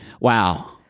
Wow